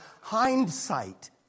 hindsight